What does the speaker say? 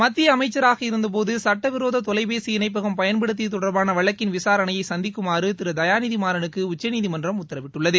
மத்திய அமைச்சராக இருந்தபோது சுட்டவிரோத தொலைபேசி இணைப்பகம் தொடர்பான வழக்கின் விசாரணையை சந்திக்குமாறு திரு தயாநிதி மாறனுக்கு உச்சநீதிமன்றம் உத்தரவிட்டுள்ளது